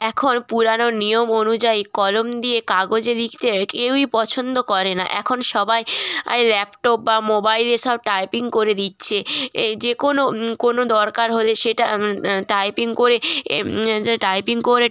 এখন পুরানো নিয়ম অনুযায়ী কলম দিয়ে কাগজে লিখতে কেউই পছন্দ করে না এখন সবাই আই ল্যাপটপ বা মোবাইলে সব টাইপিং করে দিচ্ছে এই যে কোনো কোনো দরকার হলে সেটা টাইপিং করে যে টাইপিং করে